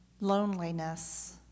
loneliness